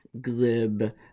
glib